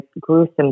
gruesome